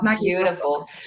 Beautiful